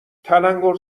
تلنگور